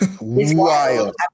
Wild